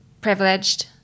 Privileged